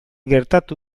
gertatu